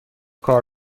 کار